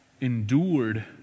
endured